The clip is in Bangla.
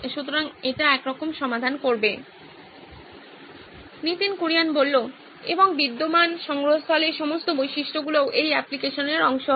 সুতরাং এটি একরকম সমাধান করবে নীতিন কুরিয়ান এবং বিদ্যমান সংগ্রহস্থলের সমস্ত বৈশিষ্ট্যগুলিও এই অ্যাপ্লিকেশনের অংশ হবে